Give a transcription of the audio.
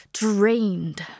drained